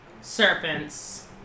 Serpents